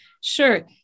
Sure